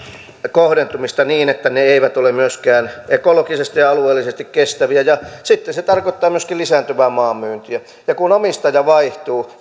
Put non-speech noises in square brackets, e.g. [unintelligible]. kohdentumista niin että ne eivät ole myöskään ekologisesti ja alueellisesti kestäviä ja sitten se tarkoittaa myöskin lisääntyvää maan myyntiä ja kun omistaja vaihtuu [unintelligible]